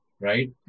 right